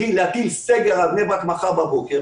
קרי: להטיל סגר על בני ברק מחר בבוקר